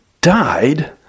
died